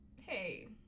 Hey